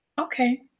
okay